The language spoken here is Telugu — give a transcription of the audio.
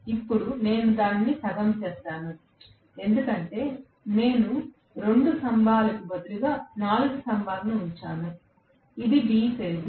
ఇప్పుడు నేను దానిని సగం చేసాను ఎందుకంటే నేను 2 స్తంభాలకు బదులుగా 4 స్తంభాలను ఉంచాను ఇది 3 ఫేజ్